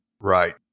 right